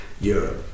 Europe